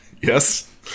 Yes